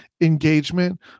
engagement